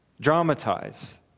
dramatize